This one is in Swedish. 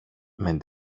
men